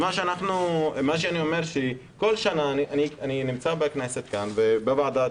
מה שאני אומר שכל שנה אני נמצא כאן בכנסת בוועדת